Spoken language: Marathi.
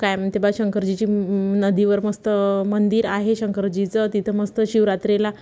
काय म्हणते बा शंकरजीची नदीवर मस्त मंदिर आहे शंकरजीचं तिथं मस्त शिवरात्रीला